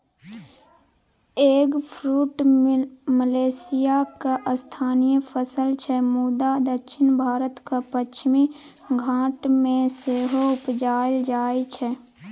eggfruit मलेशियाक स्थानीय फसल छै मुदा दक्षिण भारतक पश्चिमी घाट मे सेहो उपजाएल जाइ छै